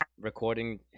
recording